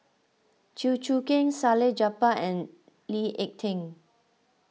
Chew Choo Keng Salleh Japar and Lee Ek Tieng